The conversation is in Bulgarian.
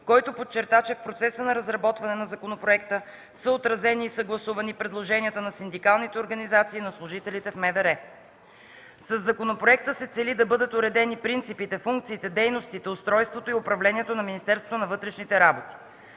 който подчерта, че в процеса на разработване на законопроекта са отразени и съгласувани предложенията на синдикалните организации на служителите в МВР. Със законопроекта се цели да бъдат уредени принципите, функциите, дейностите, устройството и управлението на Министерството на вътрешните работи.